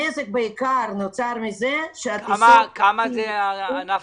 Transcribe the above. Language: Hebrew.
הנזק נוצר בעיקר מזה ש- -- מה הנזק בענף